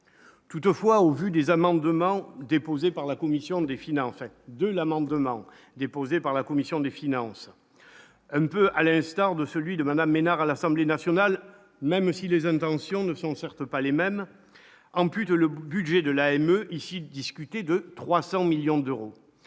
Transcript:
finances, enfin de l'amendement déposé par la commission des finances ne peut, à l'instar de celui de Madame Ménard, à l'Assemblée nationale, même si les intentions ne sont certes pas les mêmes ampute le budget de l'AME ici discuter de 300 millions d'euros,